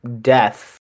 death